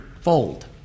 fold